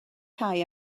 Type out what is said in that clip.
cau